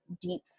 deep